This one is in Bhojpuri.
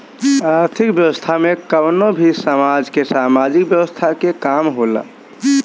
आर्थिक व्यवस्था में कवनो भी समाज के सामाजिक व्यवस्था के काम होला